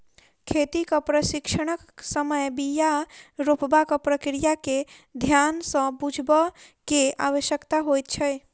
खेतीक प्रशिक्षणक समय बीया रोपबाक प्रक्रिया के ध्यान सँ बुझबअ के आवश्यकता होइत छै